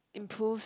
improves